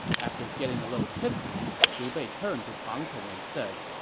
after getting a little tipsy, liu bei turned to pang tong and said,